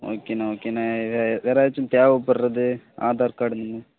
ஓகேண்ண ஓகேண்ண வேறு ஏதாச்சும் தேவைப்பட்றது ஆதார் கார்டு அந்த மாதிரி